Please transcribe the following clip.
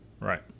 Right